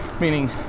meaning